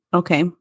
okay